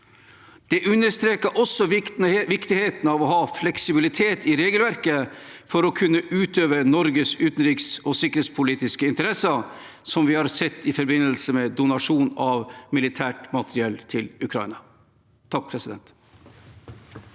Det understreker også viktigheten av å ha fleksibilitet i regelverket for å kunne utøve Norges utenriks- og sikkerhetspolitiske interesser, noe vi har sett i forbindelse med donasjon av militært materiell til Ukraina. Sve in